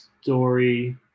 story